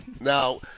Now